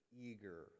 eager